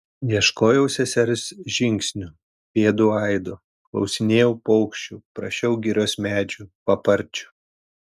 ieškojau sesers žingsnių pėdų aido klausinėjau paukščių prašiau girios medžių paparčių